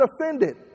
offended